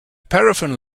paraffin